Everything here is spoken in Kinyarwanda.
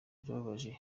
birababaje